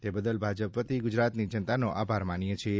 તે બદલ ભાજપ વતી ગુજરાતની જનતાનો આભાર માનીએ છીએ